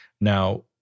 Now